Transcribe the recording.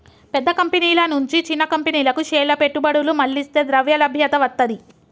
పెద్ద కంపెనీల నుంచి చిన్న కంపెనీలకు షేర్ల పెట్టుబడులు మళ్లిస్తే ద్రవ్యలభ్యత వత్తది